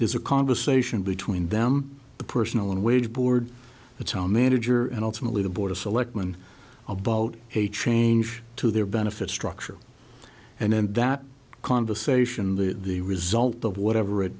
there's a conversation between them the personal unwaged board its own manager and ultimately the board of selectmen about a change to their benefit structure and then that conversation that the result of whatever it